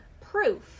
proof